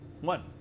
One